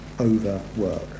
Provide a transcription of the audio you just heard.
overwork